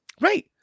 Right